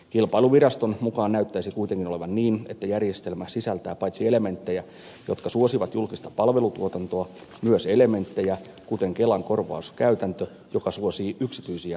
kilpailuviraston mukaan näyttäisi kuitenkin olevan niin että järjestelmä sisältää paitsi elementtejä jotka suosivat julkista palvelutuotantoa myös elementtejä kuten kelan korvauskäytäntö joka suosii yksityisiä toimijoita